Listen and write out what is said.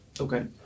Okay